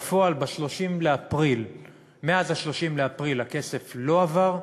בפועל, מאז 30 באפריל הכסף לא עבר.